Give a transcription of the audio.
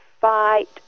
fight